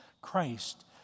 Christ